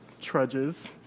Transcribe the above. trudges